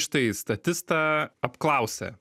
štai statista apklausė